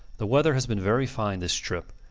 the weather has been very fine this trip,